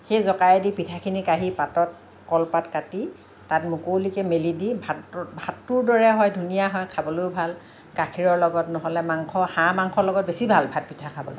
সেই জকায়েদি পিঠাখিনি কাঢ়ি পাতত কলপাত কাটি তাত মুকলিকে মেলি দি ভাতটোৰ দৰে ভাতটোৰ দৰে হয় ধুনীয়া হয় খাবলেও ভাল গাখীৰৰ লগত নহ'লে মাংস হাঁহ মাংস লগত বেছি ভাল ভাত পিঠা খাবলে